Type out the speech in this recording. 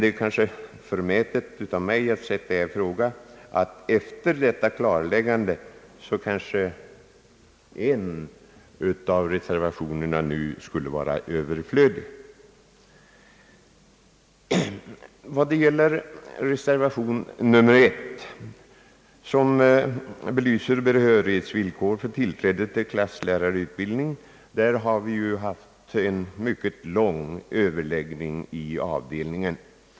Det är kanske förmätet av mig att sätta i fråga att en av reservationerna efter detta klarläggande kanske skulle vara att betrakta som överflödig. När det gäller reservationen 1, som belyser behörighetsvillkoren för tillträde till klasslärarutbildning, har vi haft en mycket lång överläggning inom avdelningen.